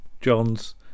John's